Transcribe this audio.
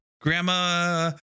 Grandma